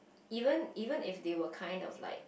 even even if they were kind of like